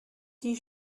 die